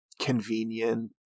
convenient